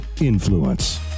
Influence